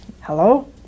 Hello